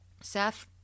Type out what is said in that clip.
Seth